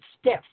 stiff